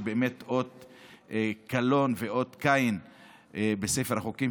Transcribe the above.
שהוא אות קלון בספר החוקים,